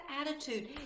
attitude